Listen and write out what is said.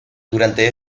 durante